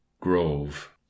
Grove